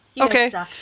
Okay